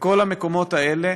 וכל המקומות האלה